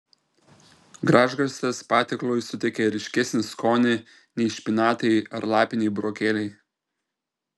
gražgarstės patiekalui suteikia ryškesnį skonį nei špinatai ar lapiniai burokėliai